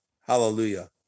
Hallelujah